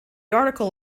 article